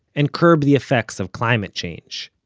and curb the effects of climate change.